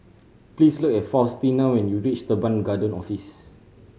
please look at Faustino when you reach Teban Garden Office